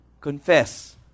Confess